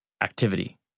activity